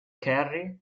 kerry